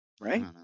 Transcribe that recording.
right